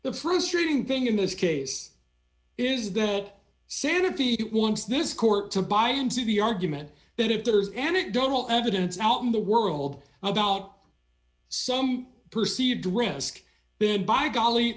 the frustrating thing in this case is that sanity it wants this court to buy into the argument that if there's anecdotal evidence out in the world about some perceived risk been by golly